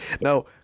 Now